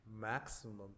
maximum